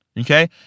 okay